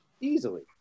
Easily